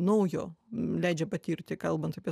naujo leidžia patirti kalbant apie